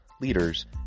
leaders